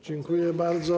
Dziękuję bardzo.